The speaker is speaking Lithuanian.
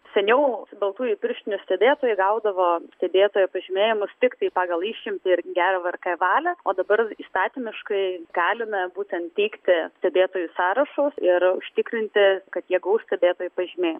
seniau baltųjų pirštinių stebėtojai gaudavo stebėtojo pažymėjimus tiktai pagal išimtį ir gerą vrk valią o dabar įstatymiškai galina būten teikti stebėtojų sąrašus ir užtikrinti kad jie gaus stebėtojų pažymėj